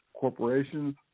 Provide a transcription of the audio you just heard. corporations